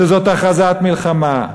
שזאת הכרזת מלחמה.